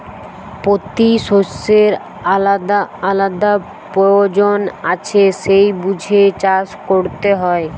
পোতি শষ্যের আলাদা আলাদা পয়োজন আছে সেই বুঝে চাষ কোরতে হয়